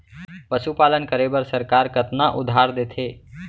पशुपालन करे बर सरकार कतना उधार देथे?